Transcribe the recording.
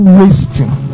wasting